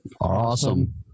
awesome